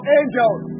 angels